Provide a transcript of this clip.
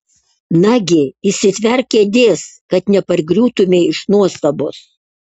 nagi įsitverk kėdės kad nepargriūtumei iš nuostabos